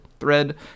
thread